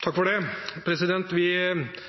veldig det